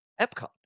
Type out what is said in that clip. Epcot